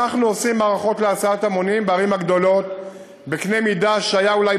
אנחנו עושים מערכות להסעת המונים בערים הגדולות בקנה-מידה שהיה אולי